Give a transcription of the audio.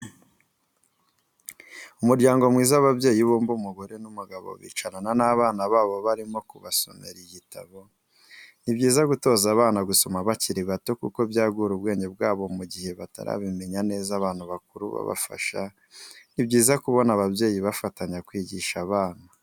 Umuryango mwiza ababyeyi bombi umugore n'umugabo bicaranye n'abana babo barimo kubasomera igitabo, ni byiza gutoza abana gusoma bakiri bato kuko byagura ubwenge bwabo mu gihe batarabimenya neza abantu bakuru babafasha, ni byiza kubona ababyeyi bafatanya kwigisha abana.